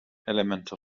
elemental